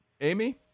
Amy